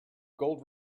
gold